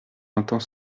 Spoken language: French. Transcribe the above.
entend